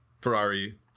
Ferrari